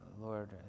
Lord